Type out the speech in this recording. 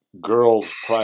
girls